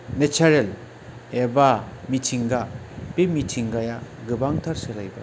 नेचारेल एबा मिथिंगा बे मिथिंगाया गोबांथार सोलायबाय